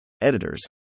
Editors